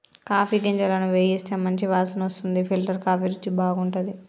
coffee గింజలను వేయిస్తే మంచి వాసన వస్తుంది ఫిల్టర్ కాఫీ రుచి బాగుంటది